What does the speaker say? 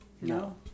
No